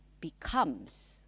becomes